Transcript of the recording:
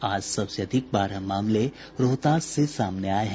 आज सबसे अधिक बारह मामले रोहतास से सामने आये हैं